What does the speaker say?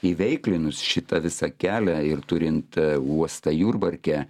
įveiklinus šitą visą kelią ir turint uostą jurbarke